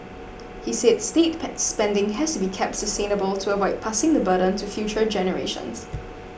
he said state spending has to be kept sustainable to avoid passing the burden to future generations